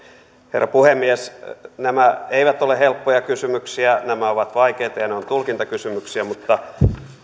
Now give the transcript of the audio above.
herra puhemies nämä eivät ole helppoja kysymyksiä nämä ovat vaikeita ja nämä ovat tulkintakysymyksiä mutta